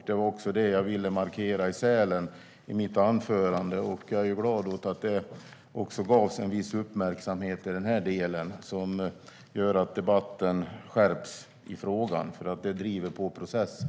Det var också det jag ville markera i mitt anförande i Sälen, och jag är glad åt att det gavs en viss uppmärksamhet som gör att debatten skärps i frågan, eftersom det driver på processen.